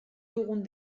dugun